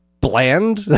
bland